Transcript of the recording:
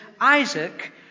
Isaac